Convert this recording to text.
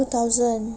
two thousand